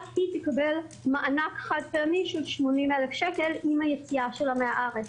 רק היא תקבל מענק חד-פעמי של 80,000 שקל עם היציאה שלה מהארץ.